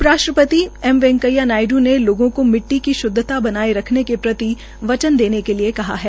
उप राष्ट्रपति एम वैंकेया नायड् ने लोगों को मिट्टी की श्द्वता बनाए रखने के प्रति वचन देने के लिए कहा है